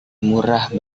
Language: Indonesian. murah